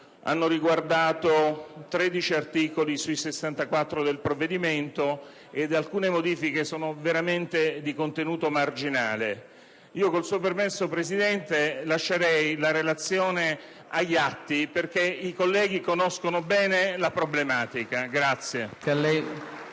hanno riguardato 13 articoli sui 64 del provvedimento, ed alcune di esse sono di contenuto veramente marginale. Con il suo permesso, signor Presidente, lascerei la relazione agli atti, perché i colleghi conoscono bene la problematica.